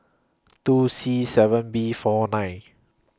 two C seven B four nine